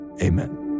amen